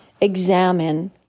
examine